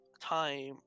time